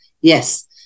yes